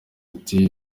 ati